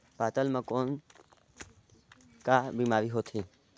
पातल म कौन का बीमारी होथे?